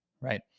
right